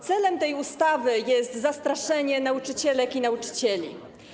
Celem tej ustawy jest zastraszenie nauczycielek i nauczycieli.